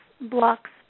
blocks